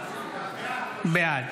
בעד